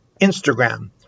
Instagram